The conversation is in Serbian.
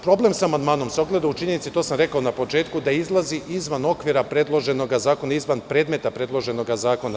Problem sa amandmanom se ogleda u činjenici i to sam rekao na početku, da izlazi iz okvira predmeta predloženog zakona, izvan predmeta predloženog zakona.